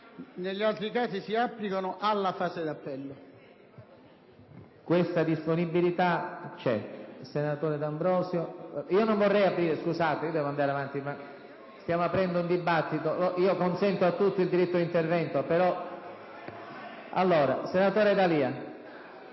«Negli altri casi si applicano alla fase d'appello».